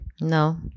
No